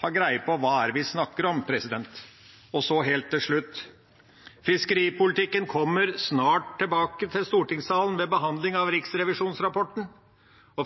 på hva det er vi snakker om. Så helt til slutt: Fiskeripolitikken kommer snart tilbake til stortingssalen ved behandling av riksrevisjonsrapporten.